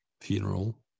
funeral